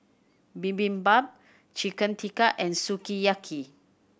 Bibimbap Chicken Tikka and Sukiyaki